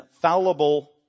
fallible